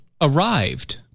arrived